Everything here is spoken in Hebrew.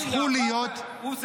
הפכו להיות --- שאלתי אותך אם הוא זה